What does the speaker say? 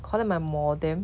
collect my modem